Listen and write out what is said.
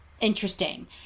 interesting